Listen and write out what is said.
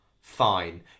fine